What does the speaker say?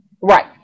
Right